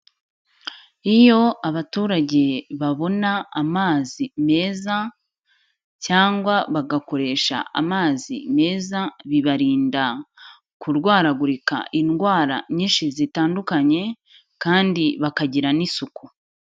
Iyo abaturage babona amazi meza cyangwa bagakoresha amazi meza, bibarinda kurwaragurika indwara nyinshi zitandukanye kandi bakagira n'isuku.